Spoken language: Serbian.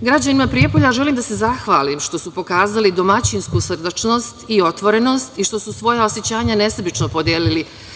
Građanima Prijepolja želim da se zahvalim što su pokazali domaćinsku srdačnost i otvorenost i što su svoja osećanja nesebično podelili